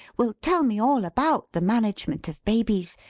will tell me all about the management of babies,